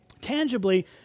tangibly